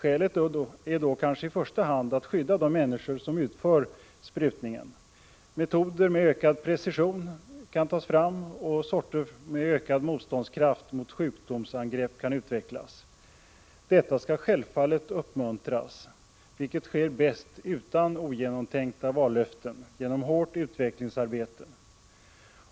Det kanske viktigaste är då att skydda de människor som utför sprutningen. Metoder med ökad precision kan tas fram, och sorter med ökad motståndskraft mot sjukdomsangrepp kan utvecklas. Detta skall självfallet uppmuntras, vilket inte sker bäst med ogenomtänkta vallöften utan med hårt utvecklingsarbete.